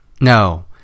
no